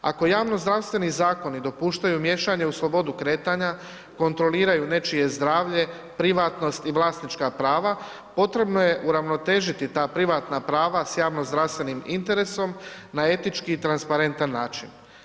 Ako javnozdravstveni zakoni dopuštaju miješanje u slobodu kretanja kontroliraju nečije zdravlje, privatnost i vlasnička prava, potrebno je uravnotežiti ta privatna prava s javnozdravstvenim interesom na etički i transparentan način.